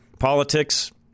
politics